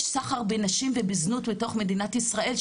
יש סחר בנשים ובזנות בתוך מדינת ישראל,